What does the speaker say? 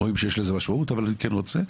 אבל אני כן רוצה.